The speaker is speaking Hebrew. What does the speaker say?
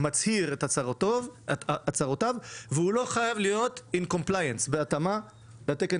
מצהיר את הצהרותיו ולא חייב להיות בהתאמה לתקן